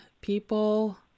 people